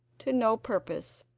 to no purpose.